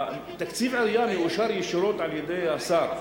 תקציב העירייה מאושר ישירות על-ידי השר,